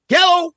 Hello